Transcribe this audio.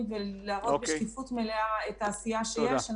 ולהראות בשקיפות מלאה את העשייה שיש.